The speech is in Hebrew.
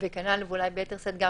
ואולי ביתר שאת גם